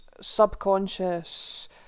subconscious